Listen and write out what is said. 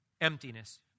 Emptiness